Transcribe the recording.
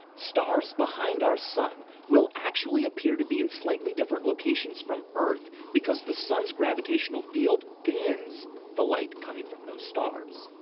stars behind our sun will actually appear to be in slightly different locations from earth, because the sun's gravitational field bends the light coming from those stars.